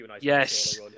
Yes